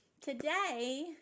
Today